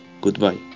goodbye